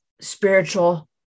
spiritual